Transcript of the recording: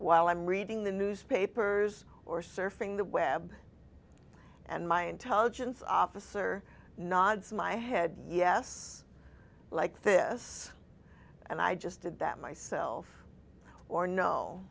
while i'm reading the newspapers or surfing the web and my intelligence officer nods my head yes like this and i just did that myself or no